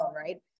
right